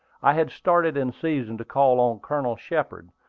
i had started in season to call on colonel shepard,